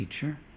teacher